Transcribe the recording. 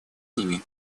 ними